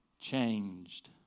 changed